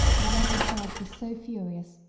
the rebel charge was so furious,